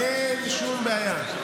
אין שום בעיה.